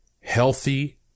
healthy